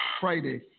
Friday